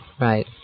right